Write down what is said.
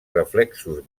reflexos